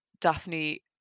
Daphne